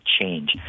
change